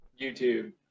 YouTube